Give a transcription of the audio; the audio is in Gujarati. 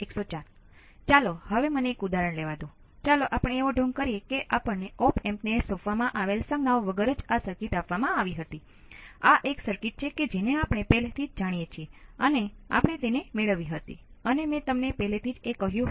અહીં હું એવું કહેવા માંગુ છું કે મને મારી સામાન્ય એમ્પ્લીફાયર સર્કિટ માંથી પણ વહે છે